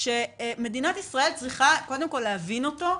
שמדינת ישראל צריכה קודם כל להבין אותו,